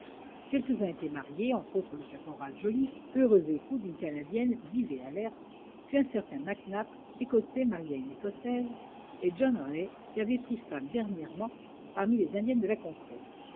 quelques-uns étaient mariés entre autres le caporal joliffe heureux époux d'une canadienne vive et alerte puis un certain mac nap écossais marié à une écossaise et john raë qui avait pris femme dernièrement parmi les indiennes de la contrée